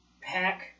pack